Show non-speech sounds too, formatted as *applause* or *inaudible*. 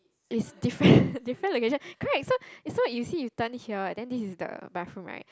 is different *breath* different location correct so is so you see you turn here and then this is the bathroom right